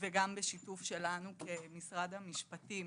וגם בשיתוף שלנו כמשרד המשפטים.